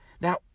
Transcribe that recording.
Now